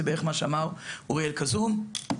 זה בערך מה שאמר אוריאל כזום.